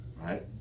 Right